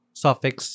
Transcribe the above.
suffix